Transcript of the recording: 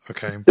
Okay